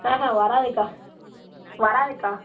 ஆஹாஹா வராதுக்கா வராதுக்கா